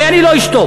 הרי אני לא אשתוק.